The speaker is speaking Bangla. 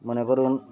মনে করুন